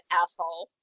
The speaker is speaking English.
asshole